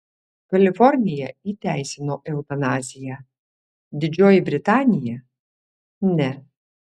kalifornija įteisino eutanaziją didžioji britanija ne